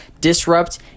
Disrupt